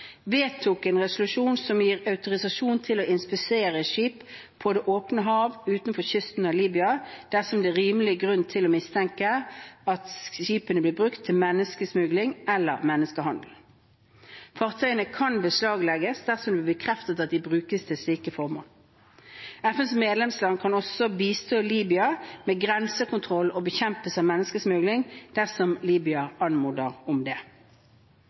vedtok en resolusjon som gir autorisasjon til å inspisere skip på det åpne hav utenfor kysten av Libya dersom det er rimelig grunn til mistanke om at skipene blir brukt til menneskesmugling eller menneskehandel. Fartøyene kan beslaglegges dersom det blir bekreftet at de brukes til slike formål. FNs medlemsland kan også bistå Libya med grensekontroll og bekjempelse av menneskesmugling, dersom Libya anmoder om det.